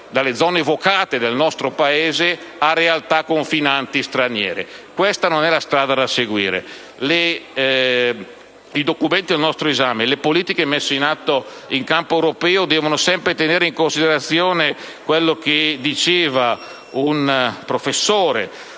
maggiore vocazione del Paese - a realtà confinanti straniere. Questa non è dunque la strada da seguire. I documenti al nostro esame, le politiche in campo europeo devono sempre tenere in considerazione quello che diceva un professore